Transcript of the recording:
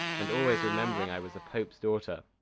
and always remembering i was a pope's daughter.